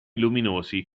luminosi